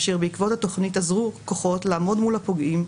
אשר בעקבות התוכנית אזרו כוחות לעמוד מול הפוגעים,